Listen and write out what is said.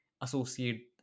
associate